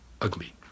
ugly